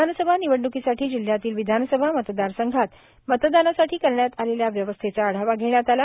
विधानसभा निवडणूकीसाठी जिल्हयातील विधानसभा मतदार संघात मतदानासाठी करण्यात आलेल्या व्यवस्थेचा आढावा घेण्यात आला